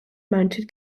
mounted